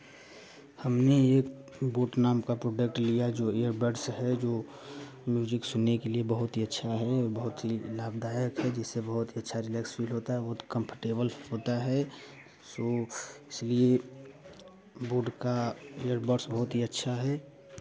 हमने ये बोट नाम का प्रोडक्ट लिया है जो ईयर बड्स है जो म्यूज़िक सुनने के लिए बहुत ही अच्छा है और बहुत ही लाभदायक है जिससे बहुत अच्छा रिलैक्स फ़ील होता है बहुत कम्फर्टेबल होता है सो इसलिए बोट का ईयर बड्स बहुत ही अच्छा है